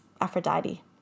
Aphrodite